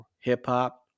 hip-hop